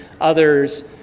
others